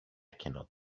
cannot